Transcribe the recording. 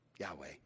Yahweh